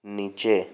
नीचे